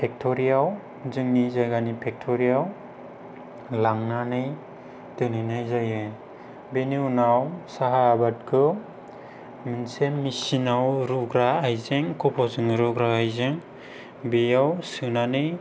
फेक्टरियाव जोंनि जायगानि फेक्टरियाव लांनानै दोनहैनाय जायो बेनि उनाव साहा आबादखौ मोनसे मेसिनआव रुग्रा आइजें कप'जों रुग्रा आइजें बेयाव सोनानै